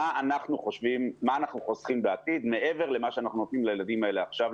מה אנחנו חוסכים בעתיד מעבר למה שאנחנו נותנים לילדים האלה עכשיו,